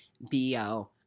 BO